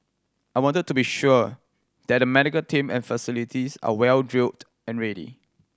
I wanted to be sure that the medical team and facilities are well drilled and ready